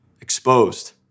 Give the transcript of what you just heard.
exposed